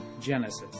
Genesis